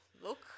look